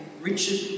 Richard